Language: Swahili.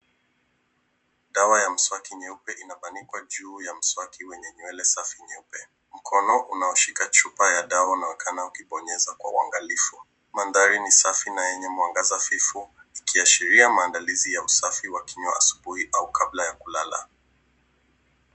Dawa ya mswaki nyeupe inabanikwa juu ya mswaki wenye nywele safi nyeupe . Mkono unaoshika chupa ya dawa unaonekana ukibonyeza kwa uangalifu . Mandhari ni safi na yenye mwangaza hafifu ikiashiria maandalizi ya usafi wa kinywa asubuhi au kabla ya kulalal.